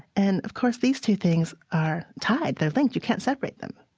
and of course, these two things are tied. they're linked you can't separate them.